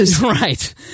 Right